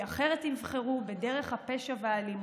כי אחרת הם יבחרו בדרך הפשע והאלימות.